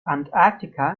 antarktika